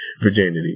virginity